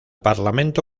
parlamento